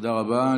תודה רבה.